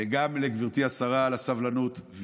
וגם לגברתי השרה על הסבלנות.